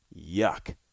Yuck